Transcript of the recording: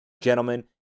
Gentlemen